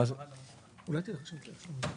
ואומרים שאנחנו רוצים לתמרץ.